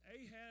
Ahab